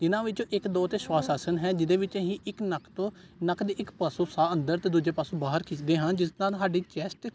ਇਹਨਾਂ ਵਿੱਚੋਂ ਇੱਕ ਦੋ ਤਾਂ ਸਵਾਸ ਆਸਨ ਹੈ ਜਿਹਦੇ ਵਿੱਚ ਅਸੀਂ ਇੱਕ ਨੱਕ ਤੋਂ ਨੱਕ ਦੇ ਇੱਕ ਪਾਸੋਂ ਸਾਹ ਅੰਦਰ ਅਤੇ ਦੂਜੇ ਪਾਸੋਂ ਬਾਹਰ ਖਿੱਚਦੇ ਹਾਂ ਜਿਸ ਨਾਲ ਸਾਡੀ ਚੈਸਟ